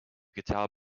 guitar